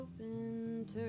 open